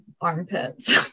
armpits